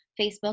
Facebook